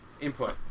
input